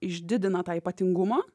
išdidina tą ypatingumą